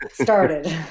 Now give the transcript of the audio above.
started